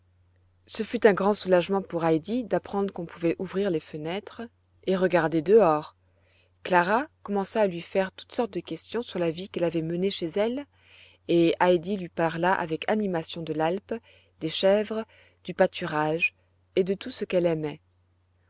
ce fut un grand soulagement pour heidi d'apprendre qu'on pouvait ouvrir les fenêtres et regarder dehors clara commença à lui faire toutes sortes de questions sur la vie qu'elle avait menée chez elle et heidi lui parla avec animation de l'alpe des chèvres du pâturage et de tout ce qu'elle aimait